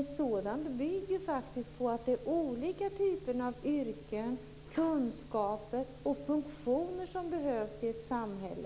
Ett sådant bygger faktiskt på att det är olika typer av yrken, kunskaper och funktioner som behövs i ett samhälle.